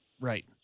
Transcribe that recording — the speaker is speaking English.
Right